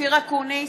אופיר אקוניס,